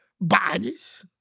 bodies